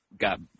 got